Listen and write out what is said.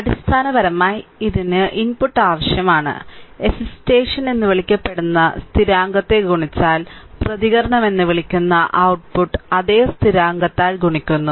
അടിസ്ഥാനപരമായി ഇതിന് ഇൻപുട്ട് ആവശ്യമാണ് എസ്സിറ്റേഷൻ എന്ന് വിളിക്കപ്പെടുന്ന സ്ഥിരാങ്കത്തെ ഗുണിച്ചാൽ പ്രതികരണമെന്ന് വിളിക്കുന്ന ഔട്ട്പുട്ട് അതേ സ്ഥിരാങ്കത്താൽ ഗുണിക്കുന്നു